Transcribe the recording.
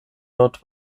dort